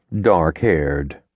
dark-haired